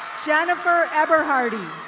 jennifer everhearty.